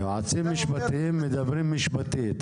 יועצים משפטיים מדברים משפטית,